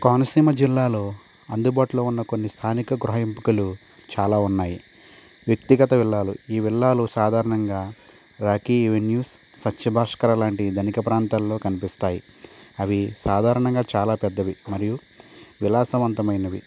కోనసీమ జిల్లాలో అందుబాటులో ఉన్న కొన్ని స్థానిక గృహ ఎంపికలు చాలా ఉన్నాయి వ్యక్తిగత విల్లాలు ఈ విల్లాలు సాధారణంగా రాఖీ ఎవెన్యూస్ సత్య భాస్కరలాంటి ధనిక ప్రాంతాల్లో కనిపిస్తాయి అవి సాధారణంగా చాలా పెద్దవి మరియు విలాసవంతమైనవి